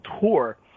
Tour